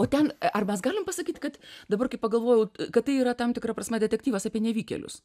o ten ar mes galim pasakyt kad dabar kai pagalvojau kad tai yra tam tikra prasme detektyvas apie nevykėlius